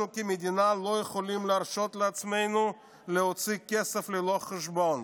אנחנו כמדינה לא יכולים להרשות לעצמנו להוציא כסף ללא חשבון